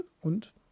und